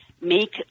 make